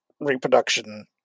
reproduction